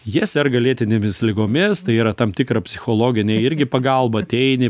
jie serga lėtinėmis ligomis tai yra tam tikra psichologinė irgi pagalba ateini